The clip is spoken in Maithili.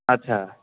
अच्छा